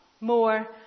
more